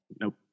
Nope